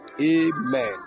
Amen